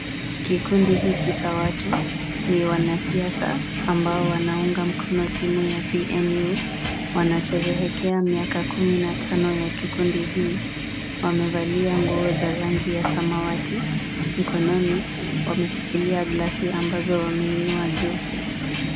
Kikundi hiki cha watu ni wanasiasa ambao wanaunga mkono timu ya PNU, wanasherehekea miaka kumi na tano ya kikundi hii. Wamevalia nguo za rangi ya samawati. Mkononi wameshikilia glasi ambazo wameinua juu.